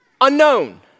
unknown